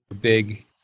big